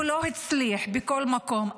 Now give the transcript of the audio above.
הוא לא הצליח בכל מקום,